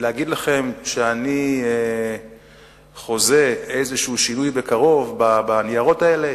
להגיד לכם שאני חוזה איזה שינוי בקרוב בניירות האלה?